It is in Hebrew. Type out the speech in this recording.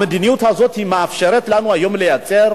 המדיניות הזאת מאפשרת לנו היום לייצר